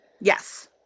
Yes